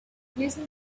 listen